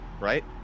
right